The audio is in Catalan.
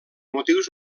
motius